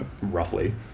roughly